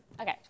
Okay